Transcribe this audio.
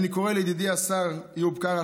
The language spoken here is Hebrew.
אני קורא לידידי השר איוב קרא,